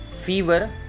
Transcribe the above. fever